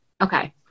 Okay